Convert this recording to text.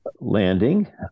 Landing